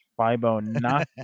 Fibonacci